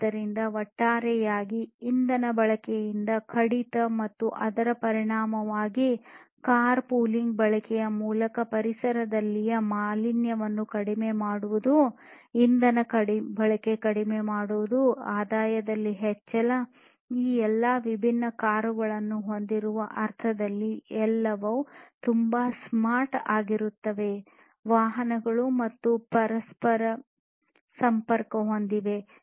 ಆದ್ದರಿಂದ ಒಟ್ಟಾರೆಯಾಗಿ ಇಂಧನ ಬಳಕೆಯಲ್ಲಿನ ಕಡಿತ ಮತ್ತು ಅದರ ಪರಿಣಾಮವಾಗಿ ಕಾರ್ ಪೂಲಿಂಗ್ ಬಳಕೆಯ ಮೂಲಕ ಪರಿಸರದಲ್ಲಿನ ಮಾಲಿನ್ಯವನ್ನು ಕಡಿಮೆ ಮಾಡುವುದು ಇಂಧನ ಬಳಕೆ ಕಡಿಮೆಯಾಗುವುದು ಆದಾಯದಲ್ಲಿ ಹೆಚ್ಚಳ ಈ ಎಲ್ಲಾ ವಿಭಿನ್ನ ಕಾರುಗಳನ್ನು ಹೊಂದಿರುವ ಅರ್ಥದಲ್ಲಿ ಎಲ್ಲವನ್ನೂ ತುಂಬಾ ಸ್ಮಾರ್ಟ್ ಮಾಡುತ್ತದೆ ವಾಹನಗಳು ಪರಸ್ಪರ ಸಂಪರ್ಕ ಹೊಂದಿವೆ